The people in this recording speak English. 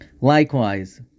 Likewise